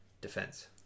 defense